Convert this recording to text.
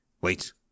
Wait